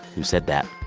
who said that?